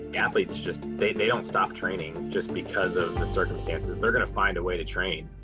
athletes just, they they don't stop training just because of the circumstances. they're going to find a way to train.